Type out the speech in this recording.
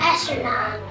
Astronaut